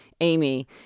Amy